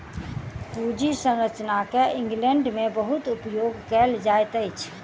पूंजी संरचना के इंग्लैंड में बहुत उपयोग कएल जाइत अछि